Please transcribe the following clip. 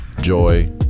joy